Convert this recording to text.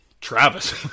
Travis